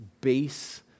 base